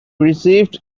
received